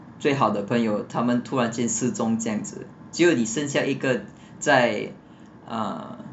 最好的朋友他们突然间失踪这样子就是你自己剩下一个在 uh